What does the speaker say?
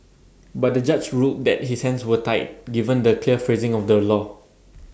but the judge ruled that his hands were tied given the clear phrasing of the law